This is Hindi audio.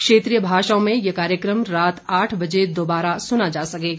क्षेत्रीय भाषाओं में यह कार्यक्रम रात आठ बजे दोबारा सुना जा सकेगा